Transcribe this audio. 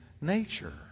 nature